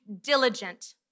diligent